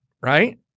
right